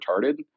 retarded